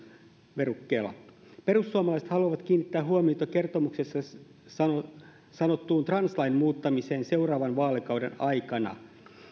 verukkeella perussuomalaiset haluavat kiinnittää huomiota kertomuksessa sanottuun translain muuttamiseen seuraavan vaalikauden aikana